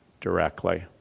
directly